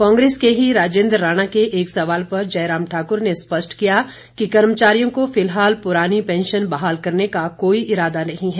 कांग्रेस के ही राजेंद्र राणा के एक सवाल पर जयराम ठाकुर ने स्पष्ट किया कि कर्मचारियों को फिलहाल पुरानी पेंशन बहाल करने का कोई इरादा नहीं है